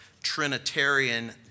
Trinitarian